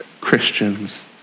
Christians